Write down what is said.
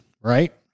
right